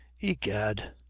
egad